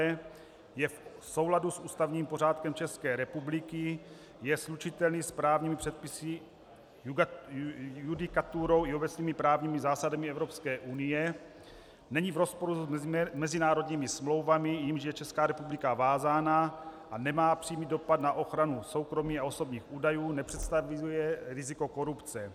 Je v souladu s ústavním pořádkem České republiky, je slučitelný s právními předpisy, judikaturou i obecnými právními zásadami Evropské unie, není v rozporu s mezinárodními smlouvami, jimiž je Česká republika vázána, a nemá přímý dopad na ochranu soukromí a osobních údajů, nepředstavuje riziko korupce.